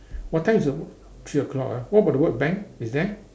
what time is the three o-clock ah what about the word bank is there